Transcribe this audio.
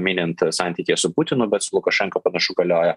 minint santykyje su putinu bet su lukašenka panašu galioja